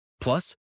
Plus